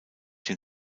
den